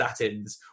statins